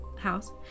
house